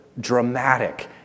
dramatic